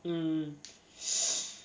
mm